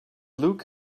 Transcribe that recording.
luke